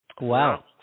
wow